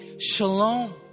Shalom